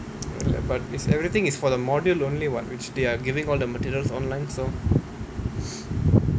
!alah! but it's everything is for the module only what which they are giving all the materials online so